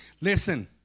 Listen